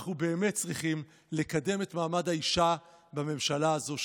אנחנו באמת צריכים לקדם את מעמד האישה בממשלה הזו.